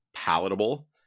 palatable